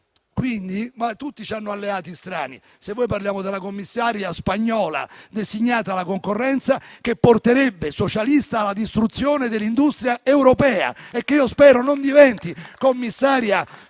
Tutti hanno alleati strani, se vuole parliamo della commissaria spagnola designata alla concorrenza che porterebbe, da socialista, alla distruzione dell'industria europea, quindi spero non diventi commissaria